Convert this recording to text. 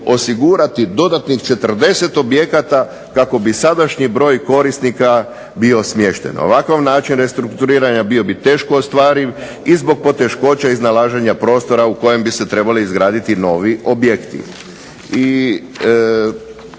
osigurati dodatnih 40 objekata kako bi sadašnji broj korisnika bio smješten. Ovakav način restrukturiranja bio bi teško ostvariv i zbog poteškoća iznalaženja prostora u kojem bi se trebali izgraditi novi objekti.